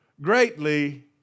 greatly